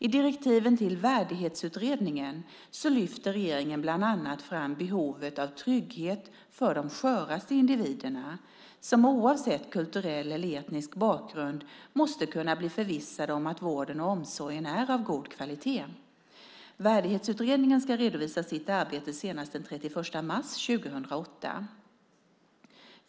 I direktiven till Värdighetsutredningen lyfter regeringen bland annat fram behovet av trygghet för de sköraste individerna som oavsett kulturell eller etnisk bakgrund måste kunna bli förvissade om att vården och omsorgen är av god kvalitet. Värdighetsutredningen ska redovisa sitt arbete senast den 31 mars 2008.